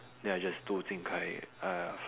then I just told Jing Kai !aiya!